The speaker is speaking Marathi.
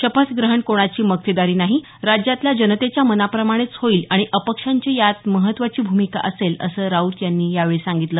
शपथ ग्रहण कोणाची मक्तेदारी नाही राज्यातील जनतेच्या मनाप्रमाणेच होईल आणि अपक्षांची यात महत्त्वाची भूमिका असेल असं राऊत यांनी यावेळी म्हटलं